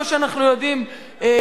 כמו שאנחנו יודעים,